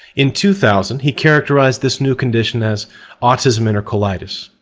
in two thousand, he characterized this new condition as autism entercolitis,